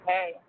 Hey